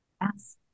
Yes